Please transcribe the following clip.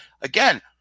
again